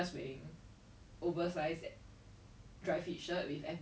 I don't know but like in Singapore she's a hustler like she works like top jobs